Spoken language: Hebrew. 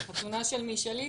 החתונה של מי, שלי?